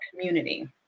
community